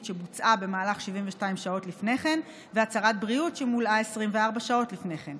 שבוצעה במהלך 72 שעות לפני כן והצהרת בריאות שמולאה 24 שעות לפני כן,